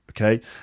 okay